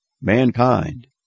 Mankind